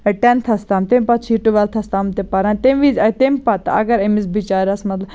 ٹیٚنتھَس تام تمہِ پَتہٕ چھِ یہِ ٹُویلتھَس تام تہِ پَران تمہِ وِز آے تمہِ پَتہٕ اگر أمِس بِچارَس مَطلَ